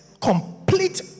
complete